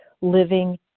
living